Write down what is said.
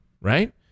right